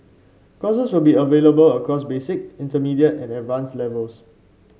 courses will be available across basic intermediate and advance levels